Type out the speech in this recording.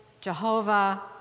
Jehovah